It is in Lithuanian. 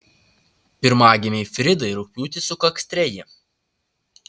pirmagimei fridai rugpjūtį sukaks treji